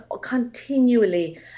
continually